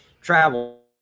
travel